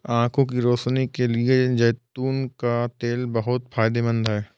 आंखों की रोशनी के लिए जैतून का तेल बहुत फायदेमंद होता है